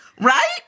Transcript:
Right